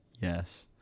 yes